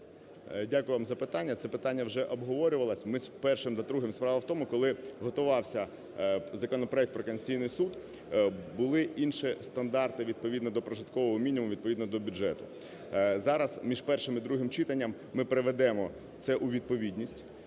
Дякую вам за питання. Це питання вже обговорювалось між першим та другим. Справа в тому, коли готувався законопроект про Конституційний Суд, були інші стандарти відповідно до прожиткового мінімуму, відповідно до бюджету. Зараз між першим і другим читанням ми приведемо це у відповідність.